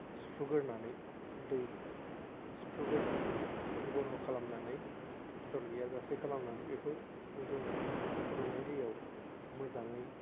सिफ्रुग्रोनानै दै सिफ्रुग्रोनानै घन' खालामनानै फिथर गैयाजासे खालामनानै बेखौ जोङो फुदुंनाय दैयाव मोजाङै